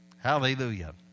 Hallelujah